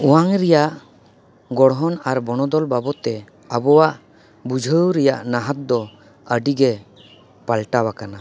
ᱚᱣᱭᱟᱝ ᱨᱮᱭᱟᱜ ᱜᱚᱲᱦᱚᱞ ᱟᱨ ᱵᱚᱱᱚᱫᱚᱞ ᱵᱟᱵᱚᱫ ᱛᱮ ᱟᱵᱚᱣᱟᱜ ᱵᱩᱡᱷᱟᱹᱣ ᱨᱮᱭᱟᱜ ᱱᱟᱦᱟᱛ ᱫᱚ ᱟᱹᱰᱤ ᱜᱮ ᱯᱟᱞᱴᱟᱣ ᱟᱠᱟᱱᱟ